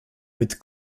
mit